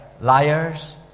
liars